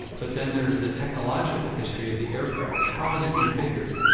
but then there's the technological history of the aircraft. how was it configured?